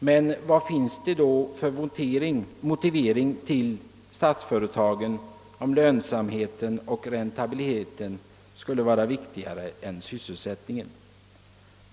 Men vad finns det då för motivering till statsföretagen, om lönsamheten och räntabiliteten skulle vara viktigare än sysselsättningen?